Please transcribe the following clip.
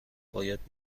باید